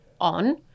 on